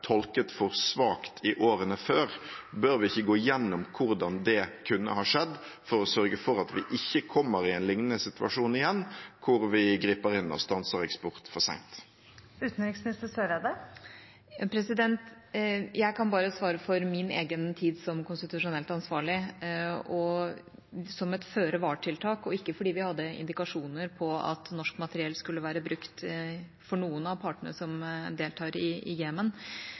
tolket for svakt i årene før? Bør vi ikke gå igjennom hvordan det kunne skje, for å sørge for at vi ikke igjen kommer i en lignende situasjon, hvor vi griper inn og stanser eksport for sent? Jeg kan bare svare for min egen tid som konstitusjonelt ansvarlig. Som et føre-var-tiltak, og ikke fordi vi hadde indikasjoner på at norsk materiell skulle være brukt for noen av partene som deltar i